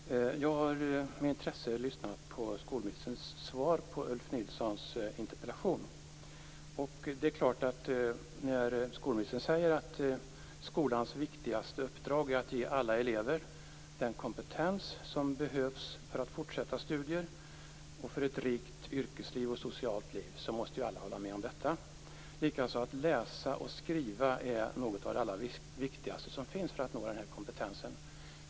Fru talman! Jag har med intresse lyssnat på skolministerns svar på Ulf Nilssons interpellation. Det är klart att när skolministern säger att skolans viktigaste uppdrag är att ge alla elever den kompetens som behövs för fortsatta studier och för ett rikt yrkesliv och socialt liv måste alla hålla med om detta, likaså att läsa och skriva är något av det allra viktigaste som finns för att nå denna kompetens.